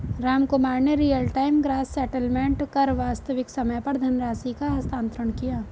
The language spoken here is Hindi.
रामकुमार ने रियल टाइम ग्रॉस सेटेलमेंट कर वास्तविक समय पर धनराशि का हस्तांतरण किया